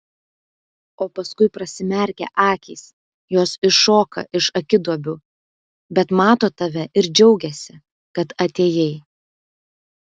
o paskui prasimerkia akys jos iššoka iš akiduobių bet mato tave ir džiaugiasi kad atėjai